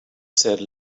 said